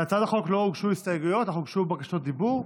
להצעת החוק לא הוגשו הסתייגויות אך הוגשו בקשות דיבור.